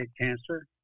cancer